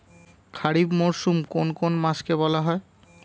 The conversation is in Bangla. খারিফ মরশুম কোন কোন মাসকে বলা হয়?